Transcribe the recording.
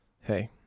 hey